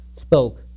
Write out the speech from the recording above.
spoke